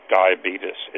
diabetes